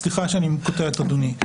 סליחה שאני קוטע את אדוני.